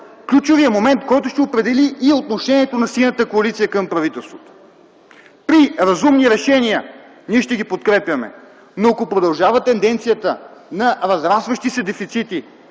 ключовият момент, който ще определи и отношението на Синята коалиция към правителството. При разумни решения ние ще ги подкрепяме, но ако продължава тенденцията на разрастващи се дефицити,